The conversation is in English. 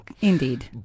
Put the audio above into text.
Indeed